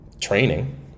training